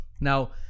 Now